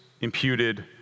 imputed